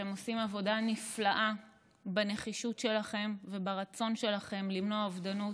אתם עושים עבודה נפלאה בנחישות שלכם וברצון שלכם למנוע אובדנות